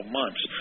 months